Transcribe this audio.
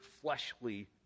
fleshly